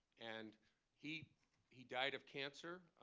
and he he died of cancer